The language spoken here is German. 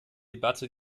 debatte